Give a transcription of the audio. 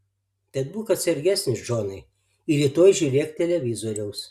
tad būk atsargesnis džonai ir rytoj žiūrėk televizoriaus